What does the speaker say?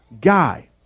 guy